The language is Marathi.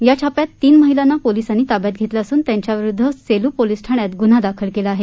या धाडीमध्ये तीन महिलांना पोलीसांनी ताब्यात घेतलं असून त्यांच्याविरूद्ध सेलू पोलिसा ठाण्यात गुन्हा दाखल केला आहे